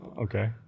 Okay